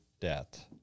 debt